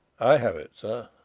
i have it, sir.